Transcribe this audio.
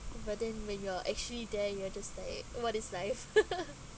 but then when you are actually there you have to stay what is life